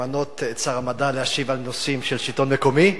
למנות את שר המדע להשיב על נושאים של שלטון מקומי.